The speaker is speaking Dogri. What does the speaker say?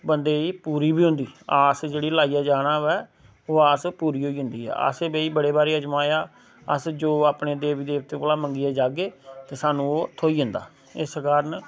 बंदे गी पूरी बी होंदी आस जेह्ड़ी लाइयै जाना होवे ओह् आस पूरी होई जंदी ऐ असें भाई बड़ी बारी आजमाया अस जो देवी देवतें कोलां मंगिये जाह्गे ते स्हानू ओह् थ्होई जंदा इस कारण